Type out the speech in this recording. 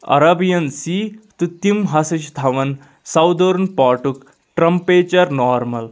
عربیَن سی تہٕ تِم ہسا چھِ تھاوان سودٲرٕن پاٹُک ٹیمپریچَر نارمل